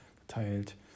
geteilt